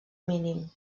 mínim